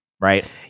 right